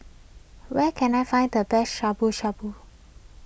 where can I find the best Shabu Shabu